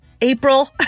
April